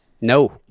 No